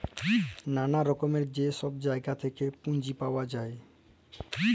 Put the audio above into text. ম্যালা রকমের যে ছব জায়গা থ্যাইকে পুঁজি পাউয়া যায়